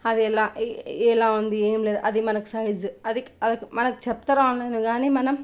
అది ఎలా ఎలా ఉంది ఏం లేదు అది మనకి సైజు అది అది మనకు చెప్తారు ఆన్లైన్లో కానీ మనం